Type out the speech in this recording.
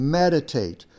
meditate